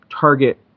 target